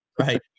Right